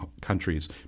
countries